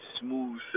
smooth